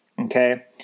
okay